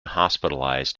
hospitalized